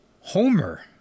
Homer